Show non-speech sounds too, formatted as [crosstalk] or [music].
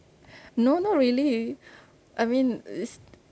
[breath] no not really [breath] I mean it's